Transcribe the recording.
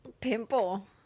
Pimple